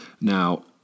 Now